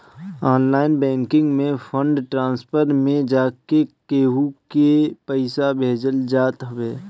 online banking में fund transfer में जाके केहू के पईसा भेजल जात हवे